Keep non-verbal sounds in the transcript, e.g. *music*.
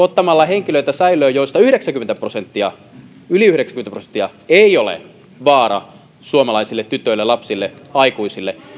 *unintelligible* ottamalla säilöön henkilöitä joista yli yhdeksänkymmentä prosenttia ei ole vaara suomalaisille tytöille lapsille aikuisille